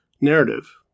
narrative